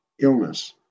illness